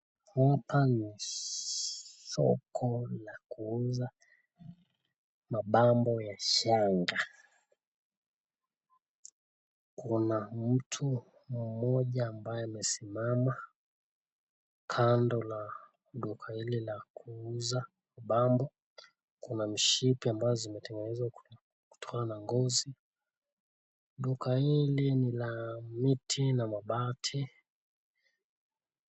Hapa ni soko la kuuza mapambo ya shanga kuna mtu mmoja ambaye amesimama kando ya duka hili la kuuza mapambo, kuna mishipi ambazo zimetengenezwa kutokana na ngozi, duka hili ni la miti na mabati